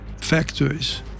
factories